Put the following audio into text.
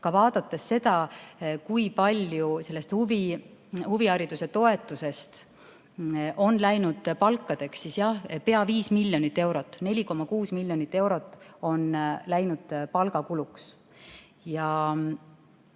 Vaadates seda, kui palju sellest huvihariduse toetusest on läinud palkadeks, siis jah, pea 5 miljonit eurot, täpsemalt 4,6 miljonit eurot on läinud palgakuluks. See